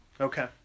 Okay